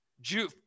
Jew